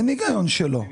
אין היגיון שלא.